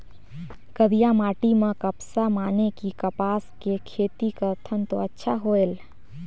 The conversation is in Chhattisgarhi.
करिया माटी म कपसा माने कि कपास के खेती करथन तो अच्छा होयल?